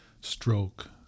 stroke